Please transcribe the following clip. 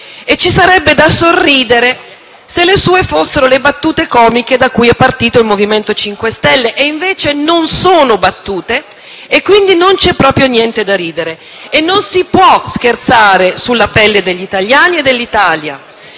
Ci sarebbe da sorridere se le sue fossero le battute comiche da cui è partito il MoVimento 5 Stelle e, invece, non sono battute e, quindi, non c'è proprio niente da ridere. Non si può scherzare sulla pelle degli italiani e dell'Italia